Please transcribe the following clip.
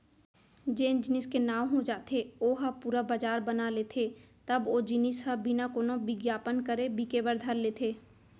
जेन जेनिस के नांव हो जाथे ओ ह पुरा बजार बना लेथे तब ओ जिनिस ह बिना कोनो बिग्यापन करे बिके बर धर लेथे